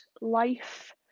life